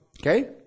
Okay